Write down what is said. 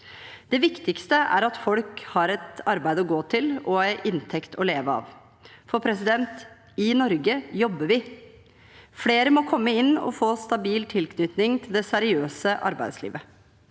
Det viktigste er at folk har et arbeid å gå til og en inntekt å leve av. For i Norge jobber vi. Flere må komme inn og få stabil tilknytning til det seriøse arbeidslivet.